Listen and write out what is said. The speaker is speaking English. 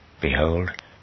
Behold